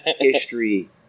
history